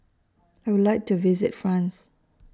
I Would like to visit France